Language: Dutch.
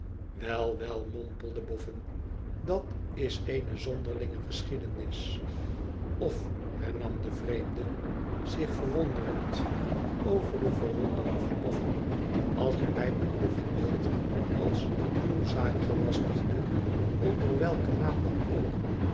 wel mompelde boffin dat is eene zonderlinge geschiedenis of hernam de vreemde zich verwonderend over de verwondering van bofbn als gij mij beproeven wilt als uw zaakgelastigde onder welken naam dan ook